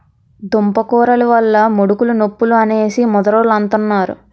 దుంపకూరలు వల్ల ముడుకులు నొప్పులు అనేసి ముదరోలంతన్నారు